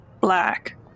black